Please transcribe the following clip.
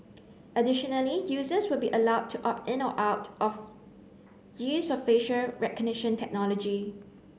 additionally users will be allowed to opt in or out of use of facial recognition technology